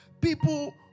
People